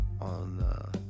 On